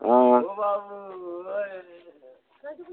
आं